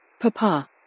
Papa